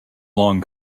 long